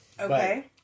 Okay